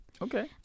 Okay